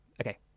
Okay